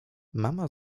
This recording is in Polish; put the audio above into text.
mama